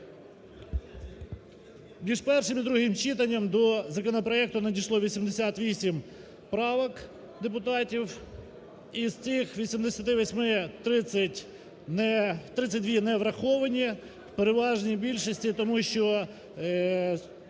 Між першим і другим читанням до законопроекту надійшло 88 правок депутатів, із цих 88 30… 32 – не враховані в переважній більшості тому, що